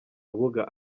rubuga